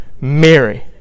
mary